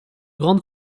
grandes